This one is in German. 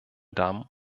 damen